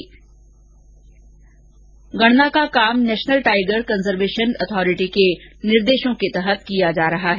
यह गणना national tiger conservation authority के निर्देशों के तहत की जा रही है